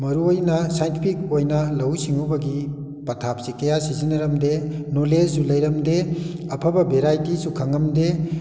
ꯃꯔꯨ ꯑꯣꯏꯅ ꯁꯥꯏꯟꯇꯤꯐꯤꯛ ꯑꯣꯏꯅ ꯂꯧꯎ ꯁꯤꯡꯎꯕꯒꯤ ꯄꯊꯥꯞꯁꯦ ꯀꯌꯥ ꯁꯤꯖꯤꯅꯔꯝꯗꯦ ꯅꯧꯂꯦꯖꯁꯨ ꯂꯩꯔꯝꯗꯦ ꯑꯐꯕ ꯚꯦꯔꯥꯏꯇꯤꯁꯨ ꯈꯪꯉꯝꯗꯦ